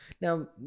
now